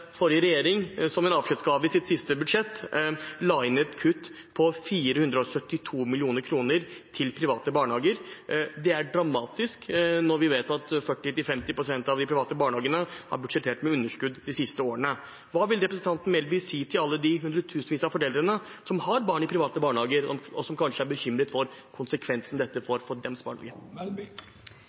forrige regjering som en avskjedsgave i sitt siste budsjett la inn et kutt på 472 mill. kr til private barnehager. Det er dramatisk, når vi vet at 40–50 pst. av de private barnehagene har budsjettert med underskudd de siste årene. Hva vil representanten Melby si til alle de hundretusenvis av foreldre som har barn i private barnehager, og som kanskje er bekymret for konsekvensen dette får for deres barnehage?